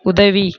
உதவி